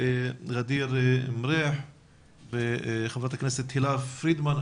ע'דיר כמאל מריח ותהלה פרידמן.